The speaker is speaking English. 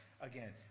Again